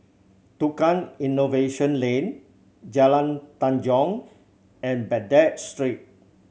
Tukang Innovation Lane Jalan Tanjong and Baghdad Street